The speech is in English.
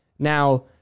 Now